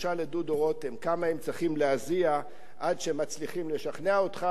תשאל את דודו רותם כמה הם צריכים להזיע עד שמצליחים לשכנע אותך,